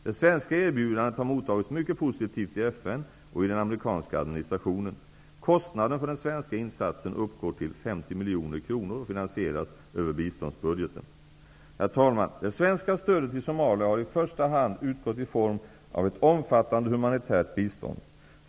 Det svenska erbjudandet har mottagits mycket positivt i FN och i den amerikanska administrationen. Kostnaden för den svenska insatsen uppgår till 50 miljoner kronor och finansieras över biståndsbudgeten. Herr talman! Det svenska stödet till Somalia har i första hand utgått i form av ett omfattande humanitärt bistånd.